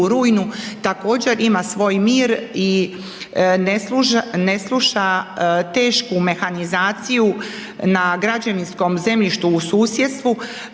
također ima svoj mir i ne sluša tešku mehanizaciju na građevinskom zemljištu u susjedstvu